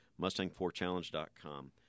Mustang4challenge.com